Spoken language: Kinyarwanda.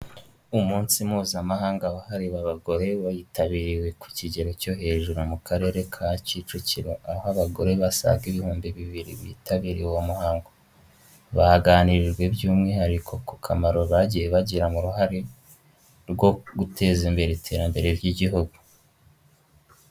Umunsi mpuzamahanga wahariwe abagore witabiriwe ku kigero cyo hejuru mu Karere ka Kicukiro, aho abagore basaga ibihumbi bibiri bitabiriye uwo muhango, baganirijwe by'umwihariko ku kamaro bagiye bagira mu uruhare rwo guteza imbere iterambere ry'igihugu.